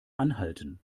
anhalten